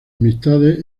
amistades